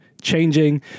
changing